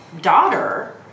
daughter